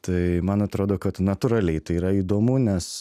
tai man atrodo kad natūraliai tai yra įdomu nes